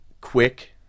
quick